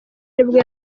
nibwo